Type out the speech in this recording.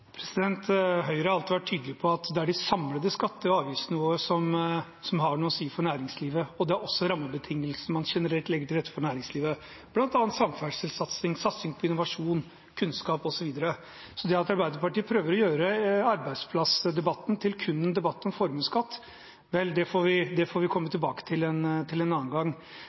Høyre har alltid vært tydelig på at det er det samlede skatte- og avgiftsnivået som har noe å si for næringslivet, og det er også i rammebetingelsene man generelt legger til rette for næringslivet, bl.a. samferdselssatsing, satsing på innovasjon, kunnskap osv. Så at Arbeiderpartiet prøver å gjøre arbeidsplassdebatten til kun en debatt om formuesskatt – vel, det får vi komme tilbake til en annen gang. Men jeg har lyst til